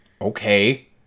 okay